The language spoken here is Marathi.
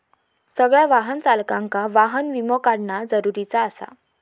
सगळ्या वाहन चालकांका वाहन विमो काढणा जरुरीचा आसा